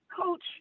coach